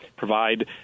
provide